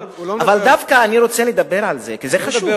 אבל אני דווקא רוצה לדבר על זה, כי זה חשוב.